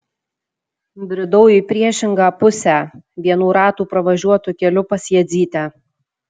bridau į priešingą pusę vienų ratų pravažiuotu keliu pas jadzytę